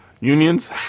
unions